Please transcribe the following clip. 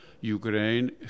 Ukraine